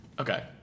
Okay